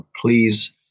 please